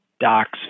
Docs